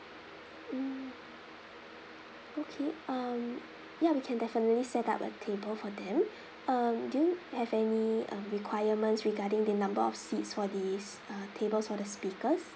mm okay um ya we can definitely set up a table for them um do you have any uh requirements regarding the number of seats for these uh table for the speakers